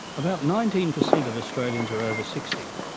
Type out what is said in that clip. about nineteen percent of australians are over sixty,